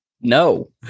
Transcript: No